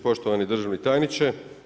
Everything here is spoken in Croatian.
Poštovani državni tajniče.